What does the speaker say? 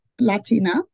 Latina